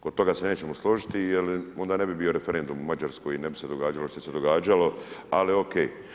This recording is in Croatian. Kod toga se nećemo složiti jer onda ne bi bio referendum u Mađarskoj i ne bi se događalo što se događalo ali OK.